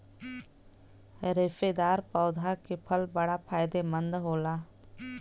रेशेदार पौधा के फल बड़ा फायदेमंद होला